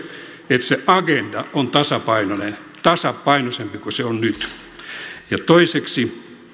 että se agenda on tasapainoinen tasapainoisempi kuin se on nyt ja toiseksi